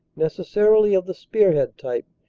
necessarily of the spearnead type,